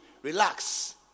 Relax